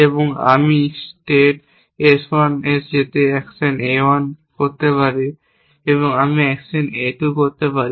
এবং আমি Sate S 1 এ যেতে অ্যাকশন A 1 করতে পারি এবং আমি অ্যাকশন A 2 করতে পারি